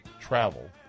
travel